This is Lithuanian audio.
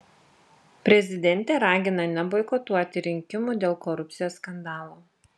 prezidentė ragina neboikotuoti rinkimų dėl korupcijos skandalo